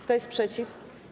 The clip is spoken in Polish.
Kto jest przeciw?